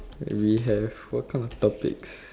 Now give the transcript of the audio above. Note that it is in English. we have what kind of topics